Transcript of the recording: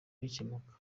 bikemuka